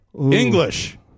English